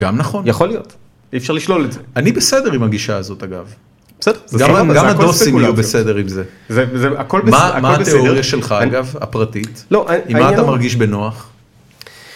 גם נכון יכול להיות אי אפשר לשלול את זה אני בסדר עם הגישה הזאת אגב בסדר גם הדוסים יהיו בסדר עם זה מה התיאוריה שלך אגב הפרטית עם מה אתה מרגיש בנוח